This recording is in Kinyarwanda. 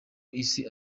isi